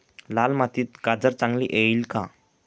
लाल मातीत गाजर चांगले येईल का?